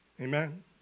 Amen